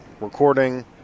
recording